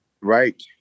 right